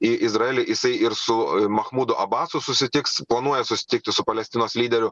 į izraelį jisai ir su machmudu abasu susitiks planuoja susitikti su palestinos lyderiu